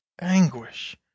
anguish